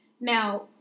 Now